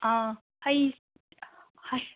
ꯑꯥ ꯍꯩ